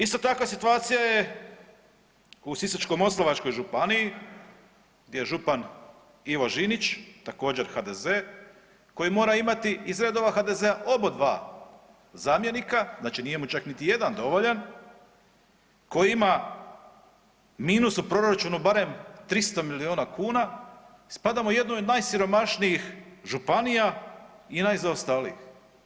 Ista takva situacija je u Sisačko-moslavačkoj županij gdje je župan Ivo Žinić, također HDZ koji mora imati iz redova HDZ obadva zamjenika, znači nije mu čak niti jedan dovoljan, koji ima minus u proračunu barem 300 milijuna kuna, spadamo u jednu od najsiromašnijih županija i najzaostalijih.